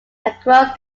across